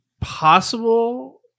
possible